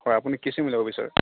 হয় আপুনি কি চিম ল'ব বিচাৰে